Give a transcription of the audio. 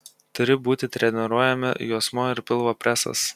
turi būti treniruojami juosmuo ir pilvo presas